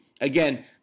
again